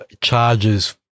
charges